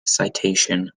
citation